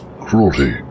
cruelty